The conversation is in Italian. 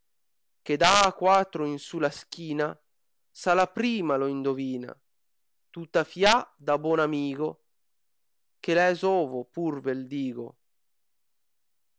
che dà a quatro in su la schina s a la prima lo indovina tuta fià da bon amigo che l'è zovo pur vel digo